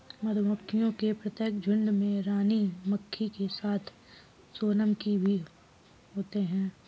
मधुमक्खियों के प्रत्येक झुंड में रानी मक्खी के साथ सोनम की भी होते हैं